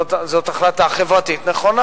זו החלטה חברתית נכונה.